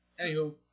Anywho